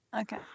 Okay